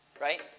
right